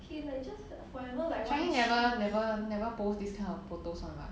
chye heng never never never post this kind of photos [one] [what]